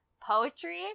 poetry